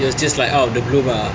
it was just like out the blue ah